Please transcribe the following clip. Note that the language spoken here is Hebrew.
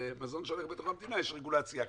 ולמזון שהולך בתוך המדינה יש רגולציה אחרת.